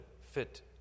Fit